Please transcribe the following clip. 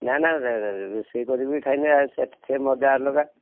ନାଁ ନାଁ ରୋଷେଇ କରିକି ଖାଇଲେ ସେ ମଜା ଅଲଗା